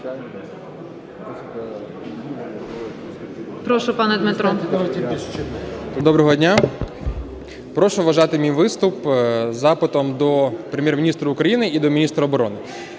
Доброго дня! Прошу вважати мій виступ запитом до Прем'єр-міністра України і до міністра оборони.